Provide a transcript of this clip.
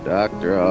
Doctor